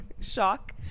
shock